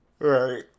Right